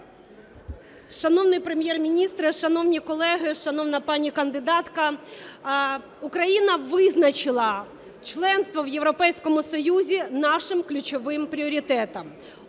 Шановний Прем'єр-міністре, шановні колеги, шановна пані кандидатка! Україна визначила членство в Європейському Союзі нашим ключовим пріоритетом.